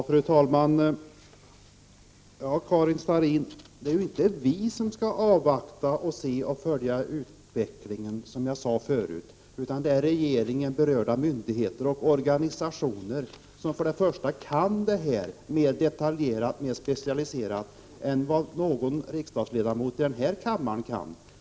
Fru talman! Till Karin Starrin vill jag — precis som jag gjorde tidigare — säga att det ju inte är vi som skall avvakta och se och följa utvecklingen, utan det är regeringen, berörda myndigheter och organisationer. Dessa kan detta område mer detaljerat, mer specialiserat än någon riksdagsledamot i denna kammare.